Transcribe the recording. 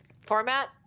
format